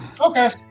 Okay